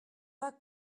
pas